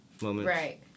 right